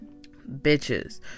Bitches